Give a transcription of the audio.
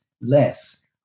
less